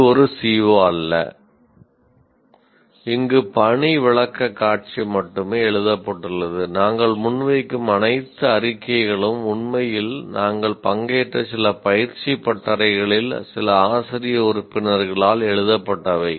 இது ஒரு CO அல்ல இங்கு பணி விளக்கக்காட்சி மட்டுமே எழுதப்பட்டுள்ளது நாங்கள் முன்வைக்கும் அனைத்து அறிக்கைகளும் உண்மையில் நாங்கள் பங்கேற்ற சில பயிற்சி பட்டறைகளில் சில ஆசிரிய உறுப்பினர்களால் எழுதப்பட்டவை